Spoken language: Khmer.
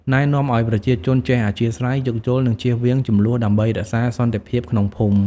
ណែនាំឲ្យប្រជាជនចេះអធ្យាស្រ័យ យោគយល់ និងជៀសវាងជម្លោះ ដើម្បីរក្សាសន្តិភាពក្នុងភូមិ។